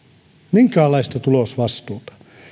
minkäänlaista tulosvastuuta